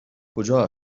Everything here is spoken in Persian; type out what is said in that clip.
کجا